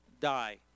die